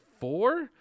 four